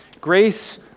grace